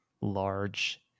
large